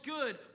good